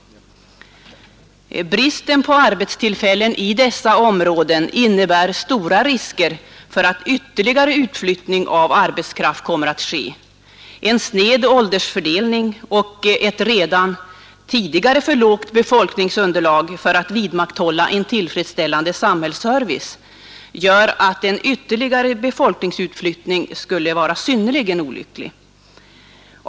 Brist på arbetstillfällen i dessa områden innebär stora risker för att ytterligare utflyttning av arbetskraft kommer att ske. En sned åldersfördelning och ett redan tidigare för lågt befolkningsunderlag för att vidmakthålla en tillfredsställande samhällsservice gör att en ytterligare befolkningsutflyttning skulle vara synnerligen olycklig.